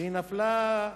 היא נפלה,